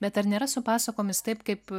bet ar nėra su pasakomis taip kaip